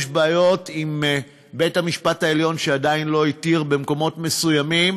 יש בעיות עם בית-המשפט העליון שעדיין לא התיר במקומות מסוימים